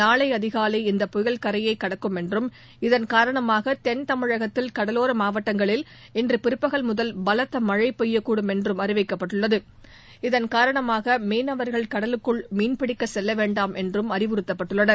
நாளை அதிகாலை இந்த புயல் கரையை கடக்கும் என்றும் இதன் காரணமாக தென் தமிழகத்தில் கடலோர மாவட்டங்களில் இன்று பிற்பகல் முதல் பலத்த மழை பெய்யக்கூடும் என்றும் அறிவிக்கப்பட்டுள்ளது இதன் காரணமாக மீனவர்கள் கடலுக்குள் மீன் பிடிக்க செல்ல வேண்டாம் என்று அறிவுறுத்தப்பட்டுள்ளனர்